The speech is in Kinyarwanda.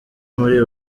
muri